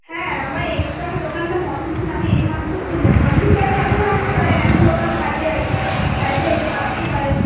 হ্যাঁ আমার একটু আগে দোকানটা বন্ধ ছিল আমি এইমাত্র খুললাম আপনি চাইলে এখন আসতে পারেন এখন দোকান খালি আছে চাইলে আসতেই পারেন